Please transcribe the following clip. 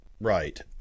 Right